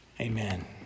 Amen